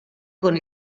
con